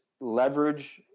leverage